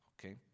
Okay